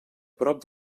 prop